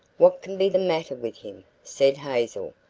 what can be the matter with him? said hazel.